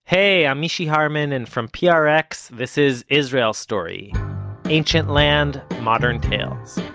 hey, i'm mishy harman, and from prx this is israel story ancient land, modern tales.